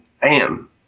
bam